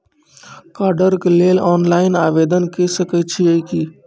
कार्डक लेल ऑनलाइन आवेदन के सकै छियै की?